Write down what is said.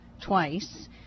twice